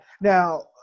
Now